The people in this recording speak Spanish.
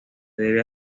debe